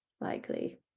likely